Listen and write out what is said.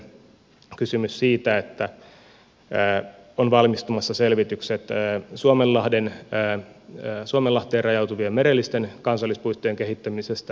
toinen on kysymys siitä että on valmistumassa selvitykset suomenlahteen rajautuvien merellisten kansallispuistojen kehittämisestä